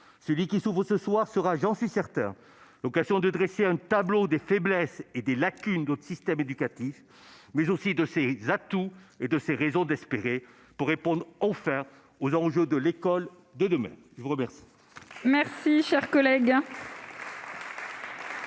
Celui qui s'ouvre ce soir sera, j'en suis certain, l'occasion de dresser un tableau des faiblesses et des lacunes de notre système éducatif, mais aussi de ses atouts et des raisons d'espérer, pour répondre enfin aux enjeux de l'école de demain. La parole est à M. le ministre.